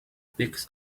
picks